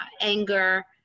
anger